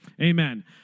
Amen